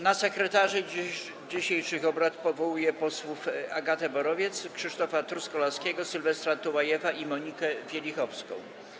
Na sekretarzy dzisiejszych obrad powołuję posłów Agatę Borowiec, Krzysztofa Truskolaskiego, Sylwestra Tułajewa i Monikę Wielichowską.